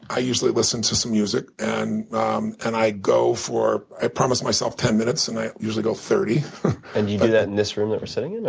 i usually listen to some music. and um and i go for i usually promise myself ten minutes, and i usually go thirty and you do that in this room that we're sitting in?